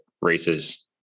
races